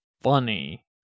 funny